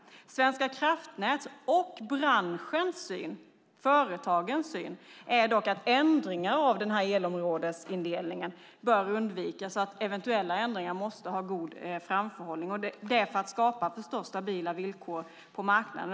Svenska kraftnäts, branschens och företagens syn är dock att ändringar av denna indelning i elområden bör undvikas och att eventuella ändringar måste ha god framförhållning. Detta är förstås för att skapa stabila villkor på marknaden.